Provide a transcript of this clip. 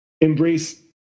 embrace